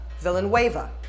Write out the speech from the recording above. Villanueva